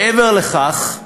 מעבר לכך,